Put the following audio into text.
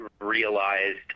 realized